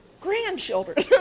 grandchildren